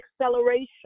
acceleration